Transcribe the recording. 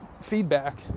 feedback